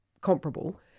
comparable